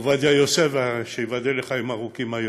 עובדיה יוסף, ושייבדל לחיים ארוכים,